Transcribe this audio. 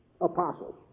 apostles